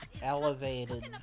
elevated